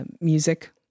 music